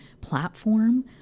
platform